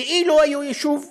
כאילו היו יישוב רגיל,